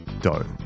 dough